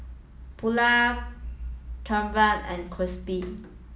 Paulette Trayvon and Kristy